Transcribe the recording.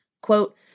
Quote